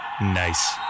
Nice